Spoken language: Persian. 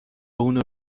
اونو